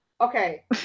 Okay